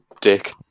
Dick